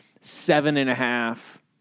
seven-and-a-half